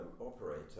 operator